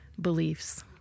beliefs